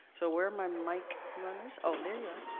so, where're my mic runners? oh, there you are.